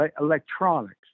electronics